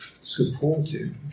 supportive